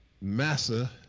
Massa